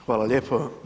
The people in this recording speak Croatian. Hvala lijepo.